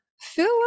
fill